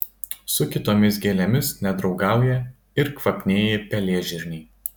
su kitomis gėlėmis nedraugauja ir kvapnieji pelėžirniai